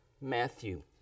Matthew